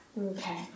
Okay